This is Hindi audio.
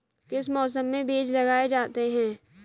किस मौसम में बीज लगाए जाते हैं?